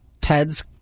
Ted's